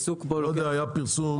היה פרסום